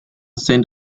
saint